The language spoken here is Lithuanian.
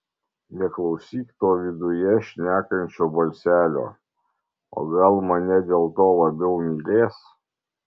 neklausyk to viduje šnekančio balselio o gal mane dėl to labiau mylės